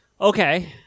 Okay